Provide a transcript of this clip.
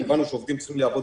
העובדים צריכים לעבוד